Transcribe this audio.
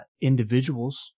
individuals